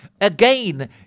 again